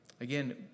Again